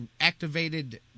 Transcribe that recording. activated